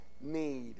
need